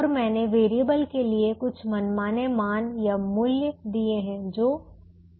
और मैंने वेरिएबल के लिए कुछ मनमाने मानमूल्य दिए हैं जो 2 और 3 हैं